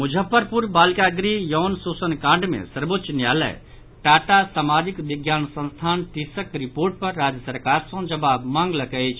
मुजफ्फरपुर बालिका गृह यौन शोषण कांड मे सर्वोच्च न्यायालय टाटा सामाजिक विज्ञान संस्थान टिसक रिपोर्ट पर राज्य सरकार सॅ जवाब मांगलक अछि